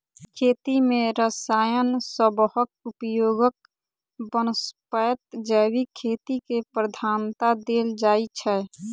खेती मे रसायन सबहक उपयोगक बनस्पैत जैविक खेती केँ प्रधानता देल जाइ छै